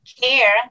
care